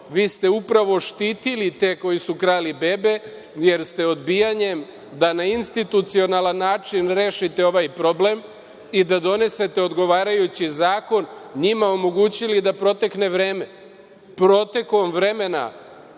vi ste upravo štitili te koji su krali bebe, jer ste odbijanjem da na institucionalan način rešite ovaj problem i da donesete odgovarajući zakon, njima omogućili da protekne vreme. Protokom vremena,